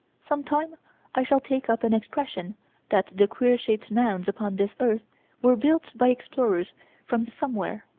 some time i shall take up an expression that the queer-shaped mounds upon this earth were built by explorers from somewhere,